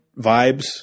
vibes